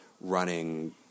running